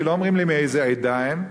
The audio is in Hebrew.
כי לא אומרים לי מאיזו עדה הם.